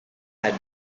had